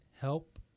help